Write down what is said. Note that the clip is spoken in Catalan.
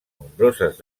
nombroses